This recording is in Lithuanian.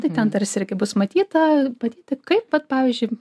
tai ten tarsi irgi bus matyta matyti kaip vat pavyzdžiui